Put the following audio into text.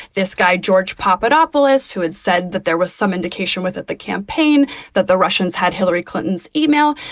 this guy, george papadopoulos, who had said that there was some indication with at the campaign that the russians had hillary clinton's email,